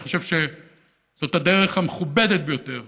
אני חושב שזאת הדרך המכובדת ביותר